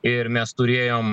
ir mes turėjom